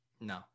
No